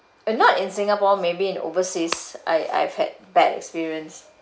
uh not in singapore maybe in overseas I I've had bad experience